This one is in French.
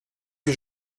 que